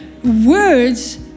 Words